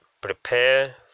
prepare